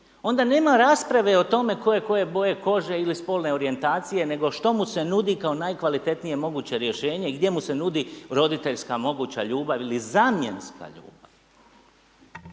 onda nema rasprave o tome ko je koje boje kože ili spolne orijentacije, nego što mu se nudi kao najkvalitetnije moguće rješenje, gdje mu se nudi roditeljska moguća ljubav ili zamjenska ljubav.